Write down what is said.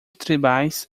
tribais